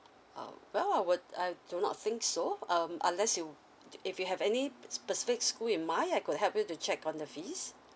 uh well I would I do not think so um unless you if you have any specific school in mind I could help you to check on the fees